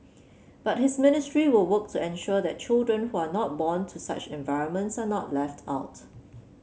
but his ministry will work to ensure that children who are not born to such environments are not left out